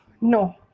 No